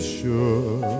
sure